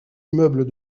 immeubles